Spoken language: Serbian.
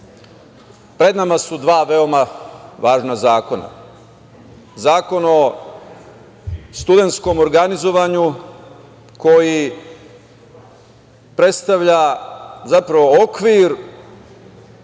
pred nama su dva veoma važna zakona – Zakon o studentskom organizovanju, koji predstavlja, zapravo, okvir